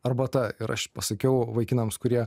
arbata ir aš pasakiau vaikinams kurie